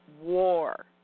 war